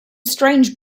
strange